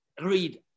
read